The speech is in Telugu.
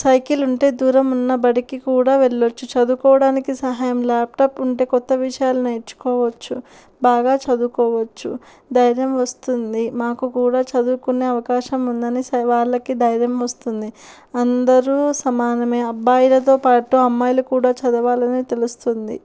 సైకిల్ ఉంటే దూరం ఉన్న బడికి కూడా వెళ్ళొచ్చు చదువుకోవడానికి సహాయం ల్యాప్టాప్ ఉంటే కొత్త విషయాలు నేర్చుకోవచ్చు బాగా చదువుకోవచ్చు ధైర్యం వస్తుంది మాకు కూడా చదువుకునే అవకాశం ఉందని వాళ్ళకి ధైర్యం వస్తుంది అందరూ సమానమే అబ్బాయిలతో పాటు అమ్మాయిలు కూడా చదవాలని తెలుస్తుంది